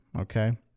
Okay